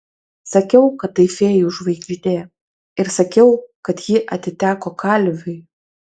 sakiau kad tai fėjų žvaigždė ir sakiau kad ji atiteko kalviui